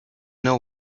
know